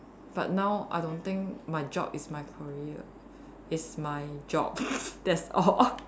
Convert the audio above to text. but now I don't think my job is my career it's my job that's all